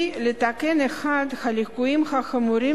היא לתקן את אחד הליקויים החמורים